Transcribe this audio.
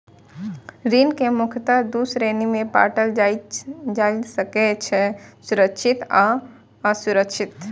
ऋण कें मुख्यतः दू श्रेणी मे बांटल जा सकै छै, सुरक्षित आ असुरक्षित